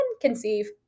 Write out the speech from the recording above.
conceive